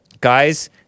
guys